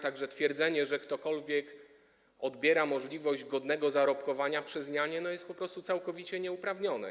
Tak że twierdzenie, że ktokolwiek odbiera możliwość godnego zarobkowania przez nianie, jest po prostu całkowicie nieuprawnione.